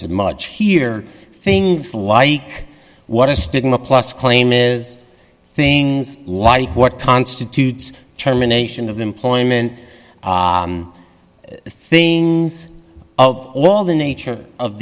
as much here things like what a stigma plus claim is things like what constitutes termination of employment things of all the nature of